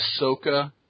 Ahsoka